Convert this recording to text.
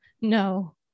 No